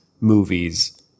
movies